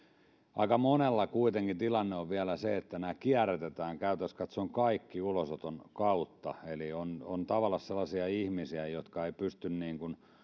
aika monella kuitenkin tilanne on vielä se että kierrätetään käytännössä katsoen kaikki ulosoton kautta eli on on tavallaan sellaisia ihmisiä jotka eivät pysty